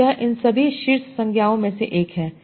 तो यह इन सभी शीर्ष संज्ञाओं में से एक है